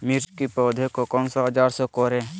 मिर्च की पौधे को कौन सा औजार से कोरे?